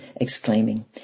exclaiming